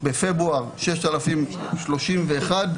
בפברואר 6,031,